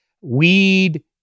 weed